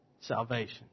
salvation